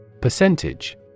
Percentage